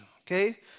okay